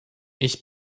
ich